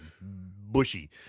bushy